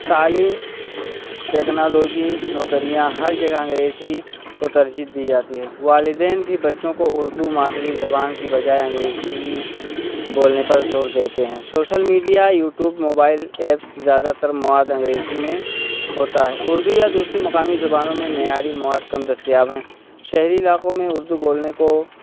تعلیم ٹیکنالوجی نوکریاں ہر جگہ انگریزی کو ترجیح دی جاتی ہے والدین بھی بچوں کو اردو مادری زبان کی بجائے انگریزی بولنے پر زور دیتے ہیں social media YouTube mobile apps زیادہ تر مواد انگریزی میں ہوتا ہے اردو یا دوسری مقامی زبانوں میں معیاری مواد کم دستیاب ہیں شہری علاقوں میں اردو بولنے کو